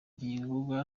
gikorwa